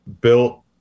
built